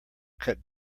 cut